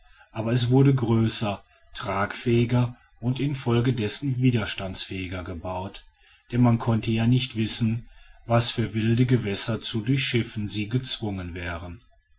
aber es wurde größer tragfähiger und infolgedessen widerstandsfähiger gebaut denn man konnte ja nicht wissen was für wilde gewässer zu durchschiffen sie gezwungen wären